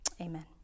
Amen